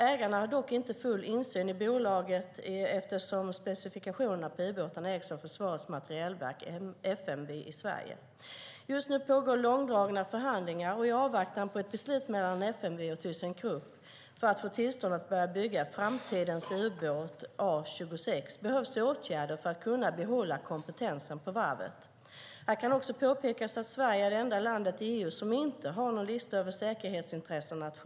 Ägarna har dock inte full insyn i bolaget, eftersom specifikationerna på ubåtarna ägs av Försvarets materielverk, FMV, i Sverige. Just nu pågår en lång rad förhandlingar, och i avvaktan på ett beslut mellan FMV och Thyssen Krupp om tillstånd att börja bygga framtidens ubåt A26 behövs det åtgärder för att kunna behålla kompetensen på varvet. Här kan också påpekas att Sverige är det enda land i EU som inte har någon nationell lista över säkerhetsintressen.